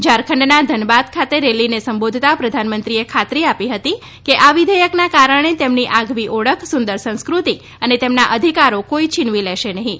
ઝારખંડના ધનબાદ ખાતે રેલીને સંબોધતા પ્રધાનમંત્રીએ ખાતરી આપી હતી કે આ વિધેયકના કારણે તેમની આગવી ઓળખ સુંદર સંસ્કૃતિ અને તેમના અધિકારો કોઈ છીનવી લેશે નહીં